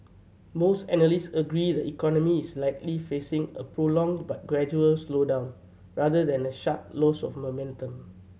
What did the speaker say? most analysts agree the economy is likely facing a prolonged but gradual slowdown rather than a sharp loss of momentum